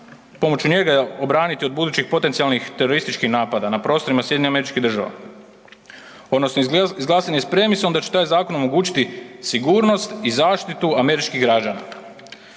pomoću njega obraniti od budućih potencijalnih terorističkih napada na prostorima SAD-a. Odnosno izglasan je s premisom da će taj zakon omogućiti sigurnost i zaštitu američkih građana.